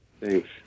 Thanks